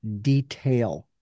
detail